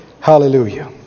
Hallelujah